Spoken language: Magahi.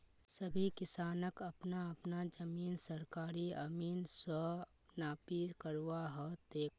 सभी किसानक अपना अपना जमीन सरकारी अमीन स नापी करवा ह तेक